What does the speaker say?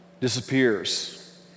disappears